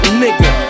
nigga